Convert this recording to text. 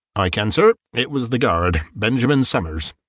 i can, sir. it was the guard, benjamin somers.